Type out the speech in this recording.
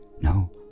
no